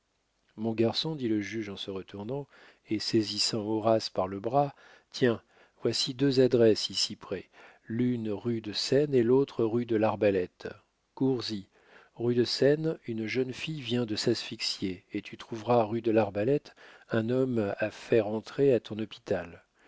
mon garçon dit le juge en se retournant et saisissant horace par le bras tiens voici deux adresses ici près l'une rue de seine et l'autre rue de l'arbalète cours y rue de seine une jeune fille vient de s'asphyxier et tu trouveras rue de l'arbalète un homme à faire entrer à ton hôpital